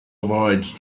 avoid